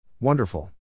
Wonderful